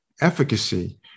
efficacy